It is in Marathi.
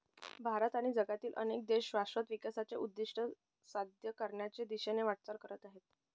भारत आणि जगातील अनेक देश शाश्वत विकासाचे उद्दिष्ट साध्य करण्याच्या दिशेने वाटचाल करत आहेत